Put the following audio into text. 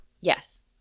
Yes